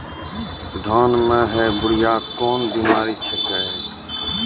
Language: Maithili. धान म है बुढ़िया कोन बिमारी छेकै?